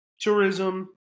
Tourism